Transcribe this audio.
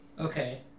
Okay